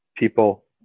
people